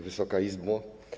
Wysoka Izbo!